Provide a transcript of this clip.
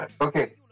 Okay